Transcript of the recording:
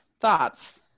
thoughts